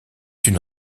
une